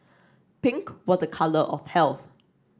pink was a colour of health